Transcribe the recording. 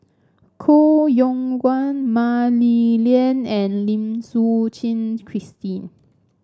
Koh Yong Guan Mah Li Lian and Lim Suchen Christine